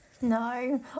No